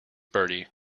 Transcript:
bertie